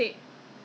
the hand print